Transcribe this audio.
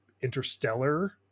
interstellar